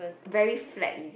very flat is it